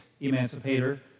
emancipator